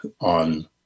on